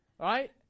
right